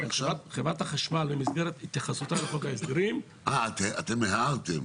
חברת החשמל במסגרת התייחסותה לחוק ההסדרים --- אתם הערתם.